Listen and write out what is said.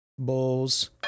Bulls